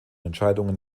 entscheidungen